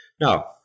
Now